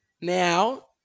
now